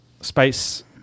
Space